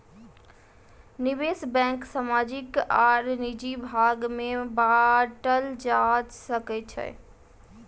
निवेश बैंक सामाजिक आर निजी भाग में बाटल जा सकै छै